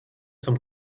zum